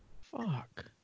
Fuck